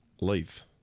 leave